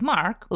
Mark